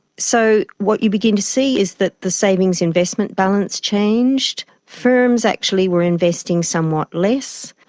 so what you begin to see is that the savings investment balance changed. firms actually where investing somewhat less,